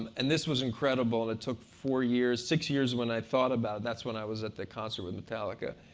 and this was incredible. it took four years, six years when i thought about it. that's when i was at the concert with metallica.